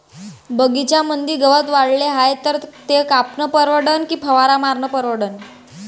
बगीच्यामंदी गवत वाढले हाये तर ते कापनं परवडन की फवारा मारनं परवडन?